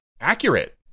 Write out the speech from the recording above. accurate